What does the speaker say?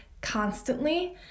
constantly